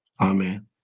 Amen